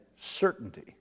certainty